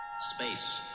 Space